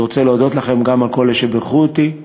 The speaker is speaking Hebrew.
אני רוצה להודות גם לכם, לכל אלה שבירכו אותי.